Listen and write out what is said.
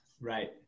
right